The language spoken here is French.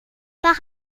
par